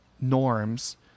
norms